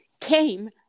came